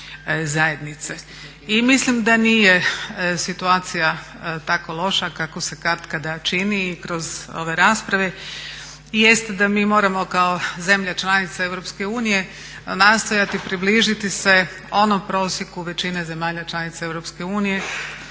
I mislim da nije situacija tako loša kako se katkada čini kroz ove rasprave. Jest da mi moramo kao zemlja članica Europske unije nastojati približiti se onom prosjeku većine zemalja članica